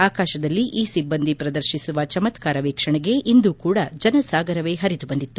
ಆಕಾಶದಲ್ಲಿ ಈ ಸಿಬ್ಬಂದಿ ಪ್ರದರ್ತಿಸುವ ಚಮತ್ಕಾರ ವೀಕ್ಷಣೆಗೆ ಇಂದೂ ಕೂಡ ಜನಸಾಗರವೇ ಪರಿದು ಬಂದಿತ್ತು